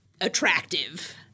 attractive